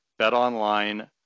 BetOnline